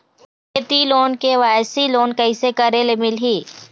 खेती loan KYC loan कइसे करे ले मिलही?